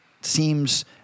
seems